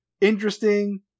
Interesting